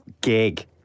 gig